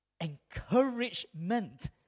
encouragement